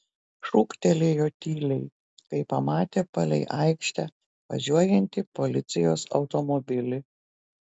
šūktelėjo tyliai kai pamatė palei aikštę važiuojantį policijos automobilį